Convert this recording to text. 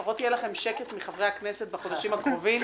לפחות יהיה לכם שקט מחברי הכנסת בחודשים הקרובים.